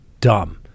dumb